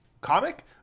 comic